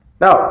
Now